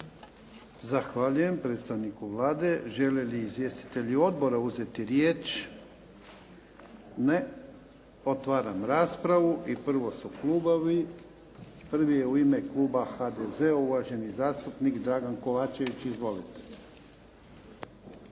Zahvaljujem predstavniku Vlade. Žele li izvjestitelji odbora uzeti riječ? Ne. Otvaram raspravu i prvo su klubovi. Prvi je u ime kluba HDZ-a, uvaženi zastupnik Dragan Kovačević. Izvolite.